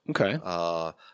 Okay